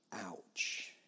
ouch